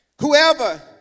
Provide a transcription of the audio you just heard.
Whoever